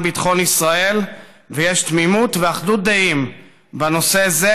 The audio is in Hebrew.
ביטחון ישראל ויש תמימות ואחדות דעים בנושא זה,